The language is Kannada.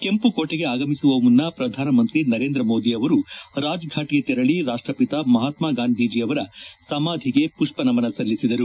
ಕೆಂಪುಕೋಟೆಗೆ ಆಗಮಿಸುವ ಮುನ್ನ ಪ್ರಧಾನಮಂತ್ರಿ ಮೋದಿ ಅವರು ರಾಜಘಾಟ್ಗೆ ತೆರಳಿ ರಾಷ್ಟಪಿತ ಮಹಾತ್ಮಗಾಂಧಿ ಸಮಾಧಿಗೆ ಪುಷ್ಪ ನಮನ ಸಲ್ಲಿಸಿದರು